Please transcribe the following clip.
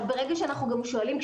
ברגע שאנחנו שואלים,